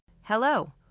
Hello